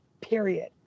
period